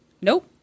Nope